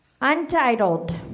Untitled